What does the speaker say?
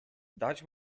dać